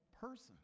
person